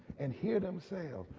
and hear themselves,